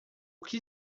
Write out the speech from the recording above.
que